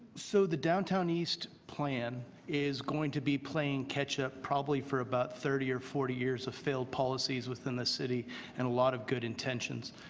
so the downtown east plan is going to be playing catchup probably for about thirty or forty years of failed policies within the city and a lot of good intentions.